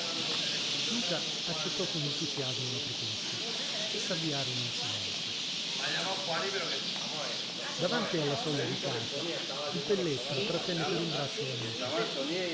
luca accettò con entusiasmo la proposta e s'avviarono in silenzio davanti alla soglia di casa il pelletta trattenne per un braccio